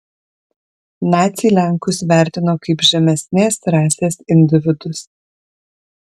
naciai lenkus vertino kaip žemesnės rasės individus